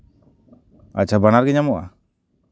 ᱟᱪᱪᱷᱟ ᱵᱟᱱᱟᱨᱜᱮ ᱧᱟᱢᱚᱜᱼᱟ